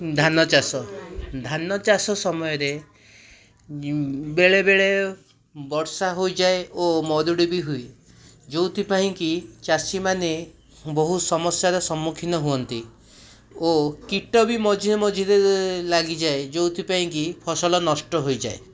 ଧାନ ଚାଷ ଧାନ ଚାଷ ସମୟରେ ବେଳେବେଳେ ବର୍ଷା ହୋଇଯାଏ ଓ ମରୁଡ଼ି ବି ହୁଏ ଯେଉଁଥିପାଇଁ କି ଚାଷୀମାନେ ବହୁ ସମସ୍ୟାର ସମ୍ମୁଖୀନ ହୁଅନ୍ତି ଓ କୀଟ ବି ମଝିରେ ମଝିରେ ଲାଗିଯାଏ ଯେଉଁଥିପାଇଁ କି ଫସଲ ନଷ୍ଟ ହୋଇଯାଏ